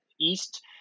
East